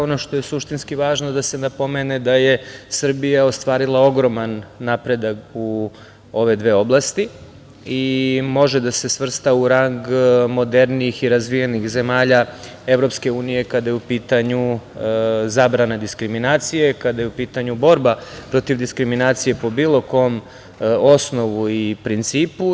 Ono što je suštinski važno da se napomene da je Srbija ostvarila ogroman napredak u ove dve oblasti i može da se svrsta u rang modernijih i razvijenih zemalja EU kada je u pitanju zabrana diskriminacije, kada je u pitanju borba protiv diskriminacije po bilo kom osnovu i principu.